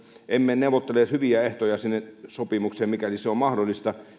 emme neuvottele tarkkoja hyviä ehtoja sinne sopimukseen mikäli se on mahdollista